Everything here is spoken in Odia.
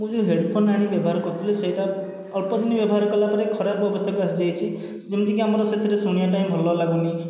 ମୁଁ ଯେଉଁ ହେଡ଼ଫୋନ ଆଣି ବ୍ୟବହାର କରୁଥିଲି ସେଇଟା ଅଳ୍ପଦିନ ବ୍ୟବହାର କଲା ପରେ ଖରାପ ଅବସ୍ଥାକୁ ଆସିଯାଇଛି ଯେମିତିକି ଆମର ସେଥିରେ ଶୁଣିବା ପାଇଁ ଭଲ ଲାଗୁନି